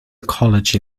college